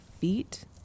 feet